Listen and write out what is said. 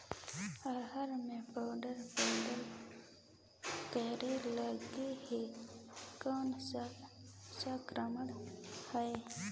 अरहर मे पंडरा पंडरा कीरा लगे हे कौन सा संक्रमण हे?